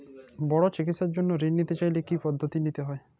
বড় চিকিৎসার জন্য ঋণ নিতে চাইলে কী কী পদ্ধতি নিতে হয়?